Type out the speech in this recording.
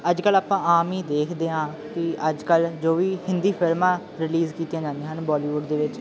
ਅੱਜ ਕੱਲ੍ਹ ਆਪਾਂ ਆਮ ਹੀ ਦੇਖਦੇ ਹਾਂ ਕਿ ਅੱਜ ਕੱਲ੍ਹ ਜੋ ਵੀ ਹਿੰਦੀ ਫਿਲਮਾਂ ਰਿਲੀਜ਼ ਕੀਤੀਆਂ ਜਾਂਦੀਆਂ ਹਨ ਬੋਲੀਵੁੱਡ ਦੇ ਵਿੱਚ